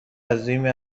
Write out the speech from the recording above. عظیمی